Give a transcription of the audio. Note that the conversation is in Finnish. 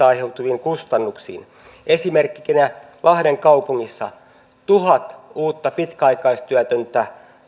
aiheutuviin kustannuksiin esimerkkinä lahden kaupungissa tuhat uutta pitkäaikaistyötöntä